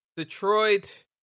Detroit